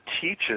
teaches